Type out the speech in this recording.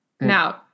Now